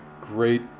great